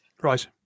Right